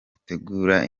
gutegura